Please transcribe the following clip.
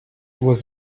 was